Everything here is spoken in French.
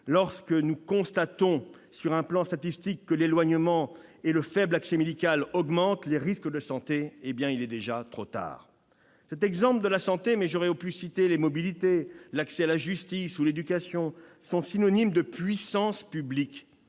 Lorsque nous constatons sur un plan statistique que l'éloignement et le faible accès médical augmentent les risques de santé, il est déjà trop tard. J'ai pris l'exemple de la santé, mais j'aurais pu évoquer aussi les mobilités, l'accès à une justice pour tous les Français ou l'éducation, qui sont synonymes de puissance publique,